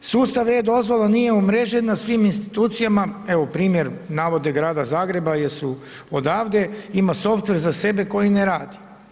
Sustav e-dozvola nije umrežen na svim institucijama, evo primjer navode grada Zagreba jer su odavdje, ima software za sebe koji ne radi.